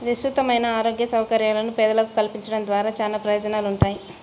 విస్తృతమైన ఆరోగ్య సౌకర్యాలను పేదలకు కల్పించడం ద్వారా చానా ప్రయోజనాలుంటాయి